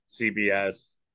CBS